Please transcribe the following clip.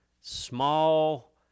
small